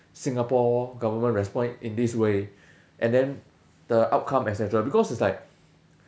singapore government respond in this way and then the outcome et cetera because it's like